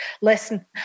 listen